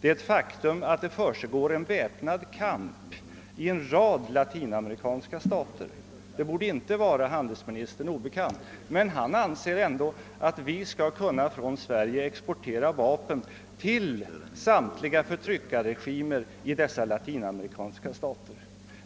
Det faktum att det försiggår väpnad kamp i en rad latinamerikanska stater borde inte vara handelsministern obekant. Men han anser ändå att vi från Sverige skall kunna exportera vapen till samtliga förtryckarregimer i dessa latinamerikanska stater.